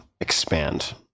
expand